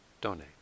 donate